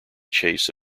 chase